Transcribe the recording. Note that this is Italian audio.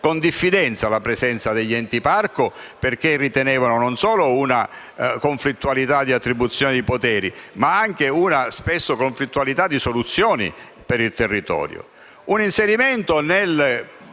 con diffidenza la presenza degli Enti parco perché temevano non solo la conflittualità sull'attribuzione dei poteri ma anche, spesso, la conflittualità relativa alle soluzioni per il territorio.